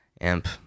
amp